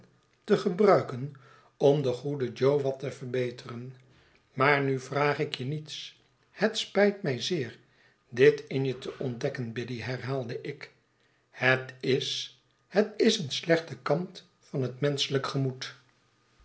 te gebruiken om den goeden jo wat te verbeteren maar nu vraag ik je niets het spijt mij zeer dit in jete ontdekken biddy herhaalde ik het is het is een slechte kant van het menschelijk gemoed